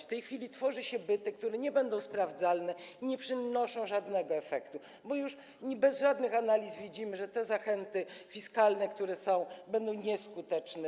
W tej chwili tworzy się byty, które nie będą sprawdzalne i nie przynoszą żadnego efektu, bo już bez żadnych analiz widzimy, że te zachęty fiskalne, które są, będą zupełnie nieskuteczne.